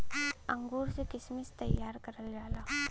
अंगूर से किशमिश तइयार करल जाला